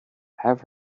have